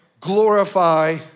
glorify